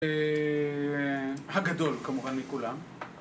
הגדול, כמובן, מכולם.